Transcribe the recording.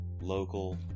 local